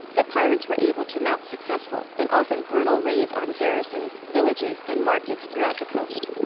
the pirates were able to mount successful and often brutal raids on garrisons, villages, and markets throughout the coast.